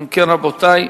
אם כן, רבותי,